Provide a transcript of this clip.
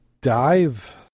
dive